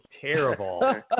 terrible